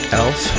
elf